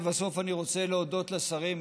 לבסוף אני רוצה להודות לשרים,